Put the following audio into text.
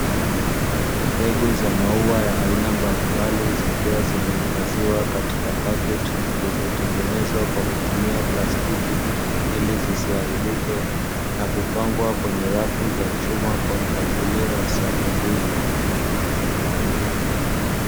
Mbegu za maua ya aina mbalimbali zikiwa zimehifadhiwa katika paketi zilizotengenezwa kwa kutumia plastiki, ili zisiharibike na kupangwa katika rafu za chuma kwa mpangilo wa safu mbili.